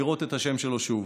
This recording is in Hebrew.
לראות את השם שלו שוב.